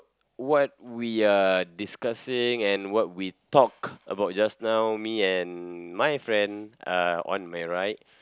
what we are discussing and what we talk about just now me and my friend uh on my right